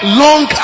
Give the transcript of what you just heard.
long